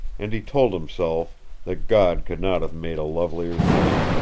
and he told himself that god could not have made a lovelier thing,